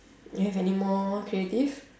you have anymore creative